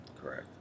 Correct